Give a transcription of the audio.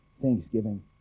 thanksgiving